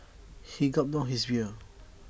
he gulped down his beer